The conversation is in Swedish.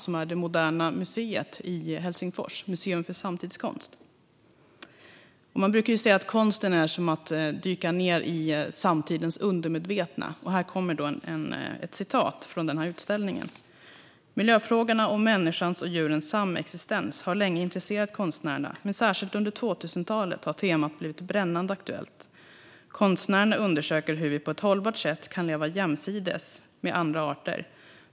Det är det moderna museet - ett museum för samtidskonst - i Helsingfors. Man brukar ju säga att konsten är som att dyka ned i samtidens undermedvetna. I samband med en utställning på museet kan man läsa att miljöfrågorna och människans och djurens samexistens länge har intresserat konstnärerna men att temat särskilt under 2000-talet har blivit brännande aktuellt. Konstnärerna undersöker hur vi på ett hållbart sätt kan leva jämsides med andra arter.